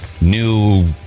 new